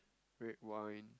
red wine